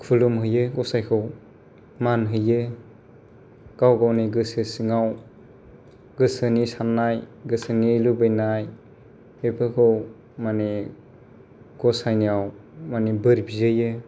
खुलुमहैयो गसायखौ मान हैयो गाव गावनि गोसो सिङाव गोसोनि साननाय गोसोनि लुबैनाय बेफोरखौ माने गसायनाव बोर बिहैयो